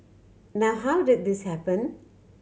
now how did this happen